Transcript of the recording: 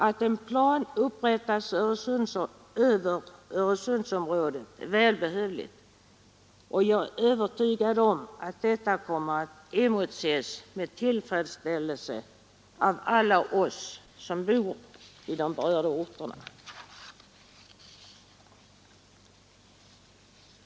Att en plan upprättas över Öresundsområdet är välbehövligt, och jag är övertygad om att detta kommer att emotses med tillfredsställelse av alla oss som bor i de berörda orterna.